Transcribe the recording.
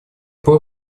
пор